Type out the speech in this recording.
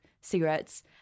cigarettes